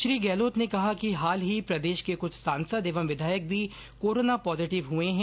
श्री गहलोत ने कहा कि हाल ही प्रदेश के क्छ सांसद एवं विधायक भी कोरोना पॉजिटिव हुए हैं